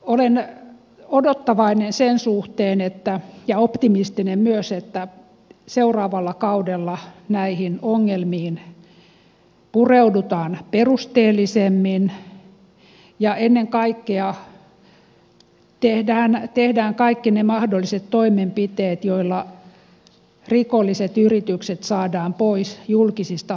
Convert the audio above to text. olen odottavainen ja myös optimistinen sen suhteen että seuraavalla kaudella näihin ongelmiin pureudutaan perusteellisemmin ja ennen kaikkea tehdään kaikki ne mahdolliset toimenpiteet joilla rikolliset yritykset saadaan pois julkisista hankinnoista